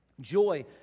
joy